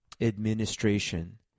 administration